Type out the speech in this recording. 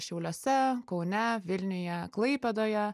šiauliuose kaune vilniuje klaipėdoje